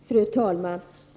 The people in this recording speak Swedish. Fru talman!